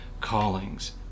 callings